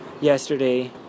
Yesterday